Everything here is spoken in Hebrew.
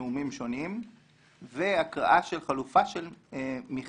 נאומים שונים והקראה של חלופה של מכתבים